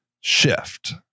shift